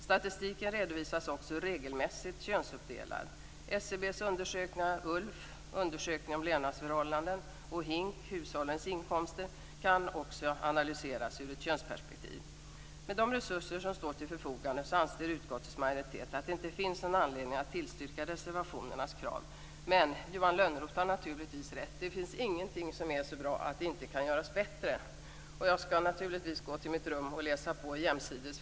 Statistiken redovisas också regelmässigt könsuppdelad. SCB:s undersökningar ULF - undersökning om levnadsförhållanden - och HINK, som gäller hushållens inkomster, kan också analyseras ur ett könsperspektiv. Med de resurser som står till förfogande anser utskottets majoritet att det inte finns någon anledning att tillstyrka reservationernas krav. Men Johan Lönnroth har naturligtvis rätt: Det finns ingenting som är så bra att det inte kan göras bättre. Jag skall naturligtvis gå till mitt rum och läsa på i Jämsides.